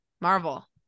Marvel